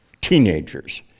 Teenagers